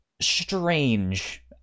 strange